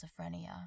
schizophrenia